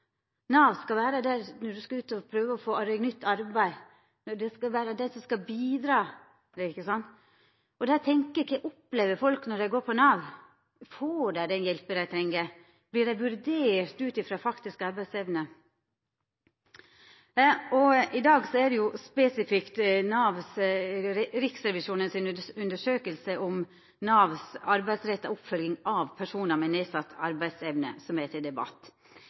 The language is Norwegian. Nav skal vera der når du skal ut og prøva å få deg nytt arbeid. Det er dei som skal bidra for deg. Då tenkjer eg: Kva opplever folk når dei går på Nav? Får dei den hjelpa dei treng? Vert dei vurderte ut frå faktisk arbeidsevne? I dag er det spesifikt Riksrevisjonens undersøking av Navs arbeidsretta oppfølging av personar med nedsett arbeidsevne som er til debatt.